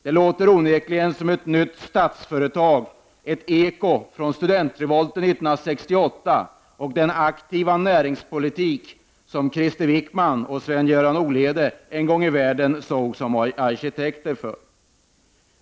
Det låter onekligen som ett nytt Statsföretag, ett eko från studentrevolten 1968 och den aktiva näringspolitik som Krister Wickman och Sven-Göran Olhede en gång i världen stod som arkitekter för.